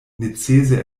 necese